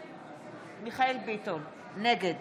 בעד מיכאל מרדכי ביטון, נגד